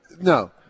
No